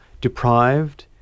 deprived